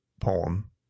poem